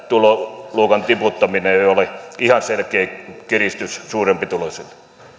tuloluokan tiputtaminen jo ole ihan selkeä kiristys suurempituloisille